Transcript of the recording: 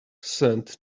sent